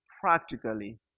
practically